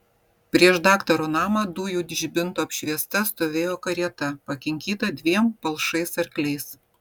prieš daktaro namą dujų žibinto apšviesta stovėjo karieta pakinkyta dviem palšais arkliais